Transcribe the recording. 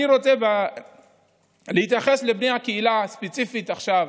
אני רוצה להתייחס לבני הקהילה הספציפית עכשיו,